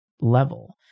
level